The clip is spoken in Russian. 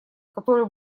который